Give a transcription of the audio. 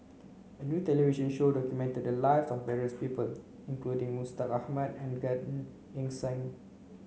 a new television show documented the lives of various people including Mustaq Ahmad and Gan Eng Seng